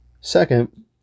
Second